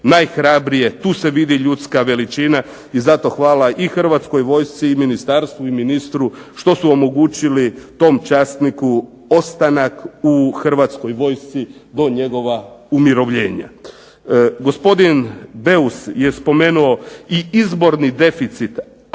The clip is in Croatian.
najhrabrije. Tu se vidi ljudska veličina i zato hvala i Hrvatskoj vojsci i ministarstvu i ministru što su omogućili tom časniku ostanak u Hrvatskoj vojsci do njegova umirovljenja. Gospodin Beus je spomenuo i izborni deficit